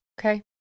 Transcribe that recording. Okay